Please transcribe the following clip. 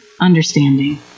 understanding